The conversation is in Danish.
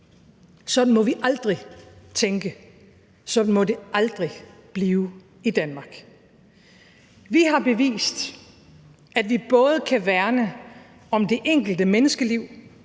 Sådan må vi aldrig tænke, sådan må det aldrig blive i Danmark. Vi har bevist, at vi både kan værne om det enkelte menneskeliv